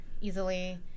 easily